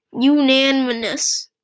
Unanimous